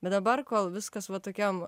bet dabar kol viskas va tokiam